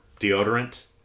deodorant